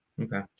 okay